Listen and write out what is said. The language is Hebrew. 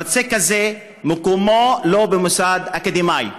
מרצה כזה, מקומו לא במוסד אקדמי.